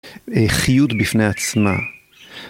חיות בפני עצמה.